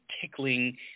tickling